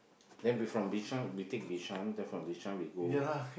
then we from Bishan we take Bishan then from Bishan we go